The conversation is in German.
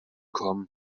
komm